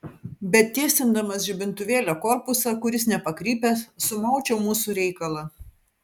bet tiesindamas žibintuvėlio korpusą kuris nepakrypęs sumaučiau mūsų reikalą